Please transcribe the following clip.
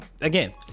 again